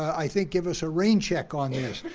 i think, give us a rain check on this,